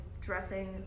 dressing